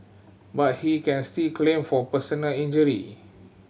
but he can still claim for personal injury